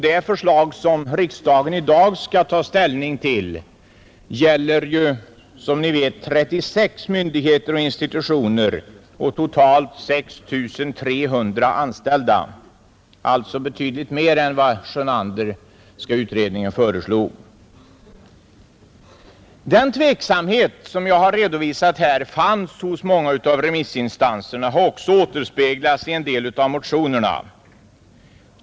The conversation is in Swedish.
Det förslag som riksdagen i dag skall ta ställning till gäller som bekant 36 myndigheter och institutioner och totalt 6 300 anställda, alltså betydligt mer än vad den Sjönanderska utredningen föreslog. Den tveksamhet som jag har redovisat här fanns hos många av remissinstanserna och har också återspeglats i en del av motionerna.